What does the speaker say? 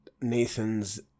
Nathan's